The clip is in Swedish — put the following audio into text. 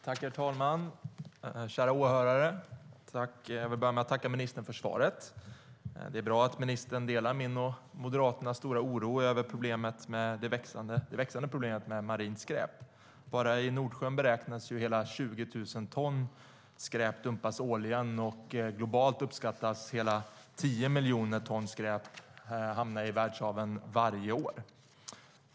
Herr talman! Kära åhörare! Jag vill börja med att tacka ministern för svaret. Det är bra att ministern delar min och Moderaternas stora oro över det växande problemet med marint skräp. Bara i Nordsjön beräknas hela 20 000 ton skräp dumpas årligen, och hela 10 miljoner ton skräp uppskattas hamna i världshaven varje år.